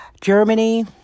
Germany